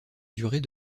durée